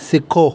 सिखो